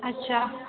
ଆଛା